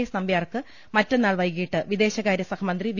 S നമ്പ്യാർക്ക് മറ്റന്നാൾ വൈകീട്ട് വിദേശകാര്യ സഹമന്ത്രി വി